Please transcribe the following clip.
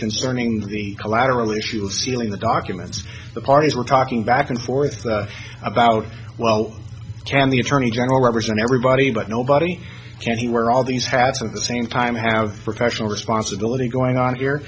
concerning the collateral issue of sealing the documents the parties were talking back and forth about well can the attorney general represent everybody but nobody can see where all these half of the same time have professional responsibility going on here